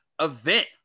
event